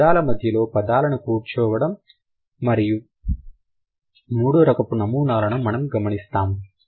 ఈ పదాల మధ్యలో పదాలను కూర్చడం మూడో రకము నమూనాలను మనం గమనిస్తాం